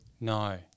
No